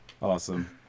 Awesome